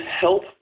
help